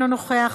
אינה נוכחת,